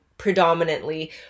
predominantly